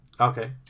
Okay